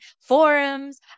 forums